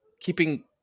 keeping